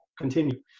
continue